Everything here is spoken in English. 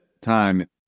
time